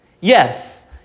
Yes